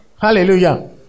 Hallelujah